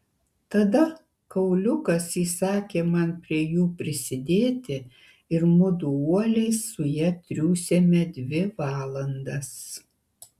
tada kauliukas įsakė man prie jų prisidėti ir mudu uoliai su ja triūsėme dvi valandas